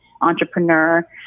entrepreneur